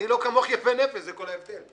אני לא כמוך יפה נפש, זה כל ההבדל.